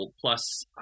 Plus